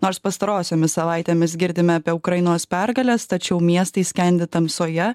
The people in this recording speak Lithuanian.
nors pastarosiomis savaitėmis girdime apie ukrainos pergales tačiau miestai skendi tamsoje